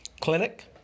Clinic